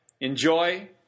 enjoy